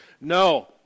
No